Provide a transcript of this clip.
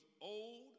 old